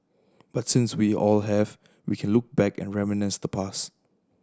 but since we all have we can look back and reminisce the past